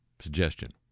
suggestion